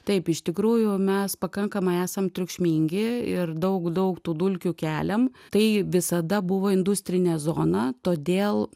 taip iš tikrųjų mes pakankamai esam triukšmingi ir daug daug tų dulkių keliam tai visada buvo industrinė zona todėl